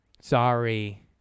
sorry